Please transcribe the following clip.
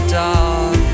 dog